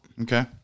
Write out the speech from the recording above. Okay